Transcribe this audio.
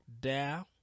down